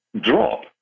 drop